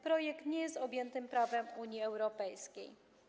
Projekt nie jest objęty prawem Unii Europejskiej.